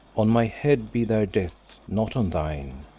on my head be their deaths, not on thine.